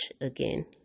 again